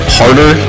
harder